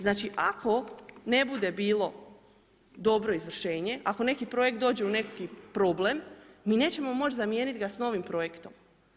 Znači ako ne bude bilo dobro izvršenje, ako neki projekt dođe u neki problem, mi nećemo moći zamijeniti ga s novim projektom.